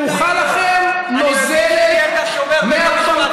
חמאה שמרוחה לכם נוזלת מהפרצוף.